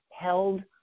Held